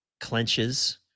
clenches